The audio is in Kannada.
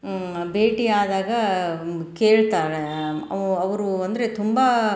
ಭೇಟಿಯಾದಾಗ ಕೇಳ್ತಾಳೆ ಅವರು ಅಂದರೆ ತುಂಬ